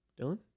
Dylan